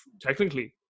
technically